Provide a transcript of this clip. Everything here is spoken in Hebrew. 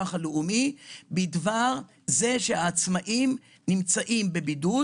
הלאומי בדבר זה שהעצמאים נמצאים בבידוד,